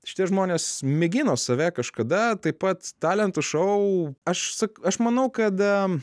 šitie žmonės mėgino save kažkada taip pat talentų šou aš sak aš manau kada